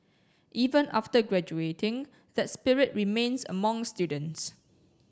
even after graduating that spirit remains among students